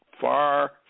far